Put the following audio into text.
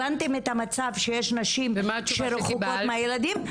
הבנתם את המצב שיש נשים שרחוקות מהילדים.